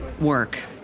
work